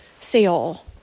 sale